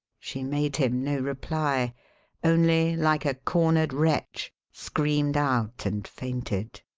she made him no reply only, like a cornered wretch, screamed out and fainted.